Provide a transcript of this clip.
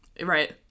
right